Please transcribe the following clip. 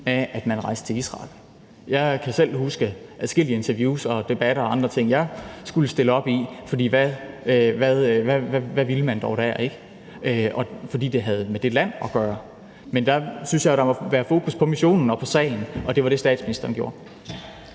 af, at vi rejste til Israel. Jeg kan selv huske adskillige interviews og debatter og andre ting, jeg skulle stille op i, også fordi det havde med det land at gøre, for hvad ville man dog dér? Der synes jeg, at der må være fokus på missionen og på sagen, og det var det, statsministeren havde.